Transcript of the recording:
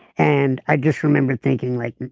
and i just remembered thinking like